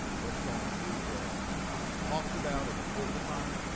what's going to get talked about and reported upon,